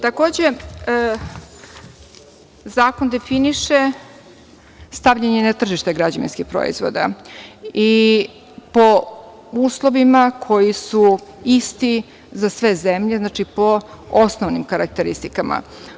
Takođe, zakon definiše stavljanje na tržište građevinskih proizvoda i po uslovima koji su isti za sve zemlje po osnovnim karakteristikama.